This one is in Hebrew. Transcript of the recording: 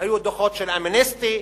היו דוחות של "אמנסטי",